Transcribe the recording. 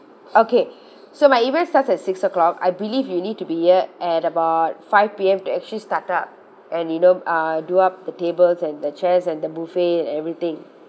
okay so my event starts at six o'clock I believe you need to be here at about five P_M to actually start up and you know uh do up the tables and the chairs and the buffet and everything